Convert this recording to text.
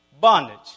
bondage